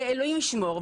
אלוהים ישמור.